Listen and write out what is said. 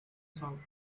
song